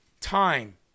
time